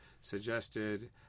suggested